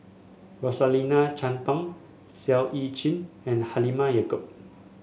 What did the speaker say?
Rosaline Chan Pang Siow Lee Chin and Halimah Yacob